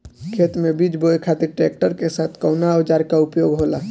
खेत में बीज बोए खातिर ट्रैक्टर के साथ कउना औजार क उपयोग होला?